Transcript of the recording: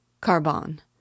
Carbon